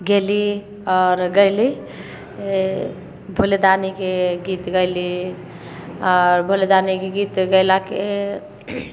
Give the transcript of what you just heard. गेली आओर गैली भोलेदानीके गीत गैली आओर भोलेदानीके गीत गैलाके